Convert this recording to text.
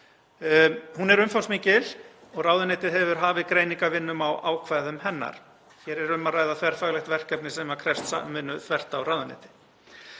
Hún er umfangsmikil og ráðuneytið hefur hafið greiningarvinnu á ákvæðum hennar. Hér er um að ræða þverfaglegt verkefni sem krefst samvinnu þvert á ráðuneyti.